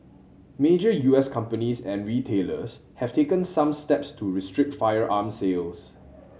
major U S companies and retailers have taken some steps to restrict firearm sales